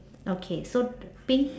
okay so p~ pink